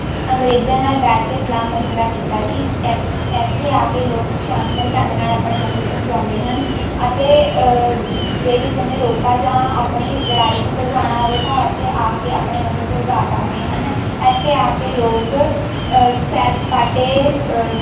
ਅੰਗਰੇਜ਼ਾਂ ਨਾਲ ਬੈਠ ਕੇ ਸਲਾਹ ਮਸ਼ਵਰਾ ਕੀਤਾ ਸੀ ਇੱਥੇ ਇੱਥੇ ਆ ਕੇ ਲੋਕ ਸ਼ਾਂਤਮਈ ਢੰਗ ਨਾਲ ਆਪਣੇ ਮਸਲੇ ਸੁਲਝਾਉਂਦੇ ਹਨ ਅਤੇ ਜੇ ਜੇ ਕਿਸੇ ਨੇ ਰੋਕਾ ਜਾਂ ਆਪਣੀ ਲੜਾਈ ਨੂੰ ਸੁਲਝਾਉਣਾ ਹੋਵੇ ਤਾਂ ਉਹ ਇੱਥੇ ਆ ਕੇ ਆਪਣੇ ਮਸਲੇ ਸੁਲਝਾ ਸਕਦੇ ਹਨ ਇੱਥੇ ਆ ਕੇ ਲੋਕ ਸੈਰ ਸਪਾਟੇ